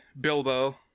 Bilbo